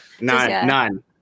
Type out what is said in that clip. None